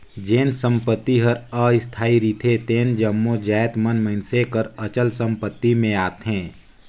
जेन संपत्ति हर अस्थाई रिथे तेन जम्मो जाएत मन मइनसे कर अचल संपत्ति में आथें